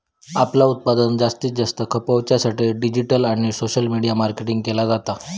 आपला उत्पादन जास्तीत जास्त खपवच्या साठी डिजिटल आणि सोशल मीडिया मार्केटिंग केला जाता